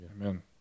Amen